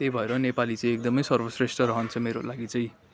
त्यही भएर नेपाली चाहिँ एकदमै सर्वश्रेष्ठ रहन्छ मेरो लागि चाहिँ